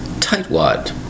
Tightwad